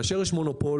כאשר יש מונופול,